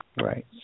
Right